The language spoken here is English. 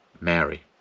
Mary